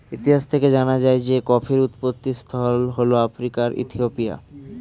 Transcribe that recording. ইতিহাস থেকে জানা যায় যে কফির উৎপত্তিস্থল হল আফ্রিকার ইথিওপিয়া